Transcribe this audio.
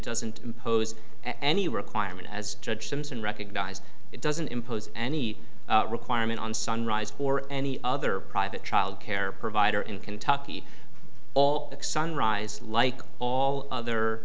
doesn't impose any requirement as judge simpson recognized it doesn't impose any requirement on sunrise or any other private childcare provider in kentucky all sunrise like all other